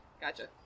Gotcha